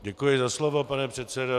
Děkuji za slovo, pane předsedo.